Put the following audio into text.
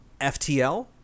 ftl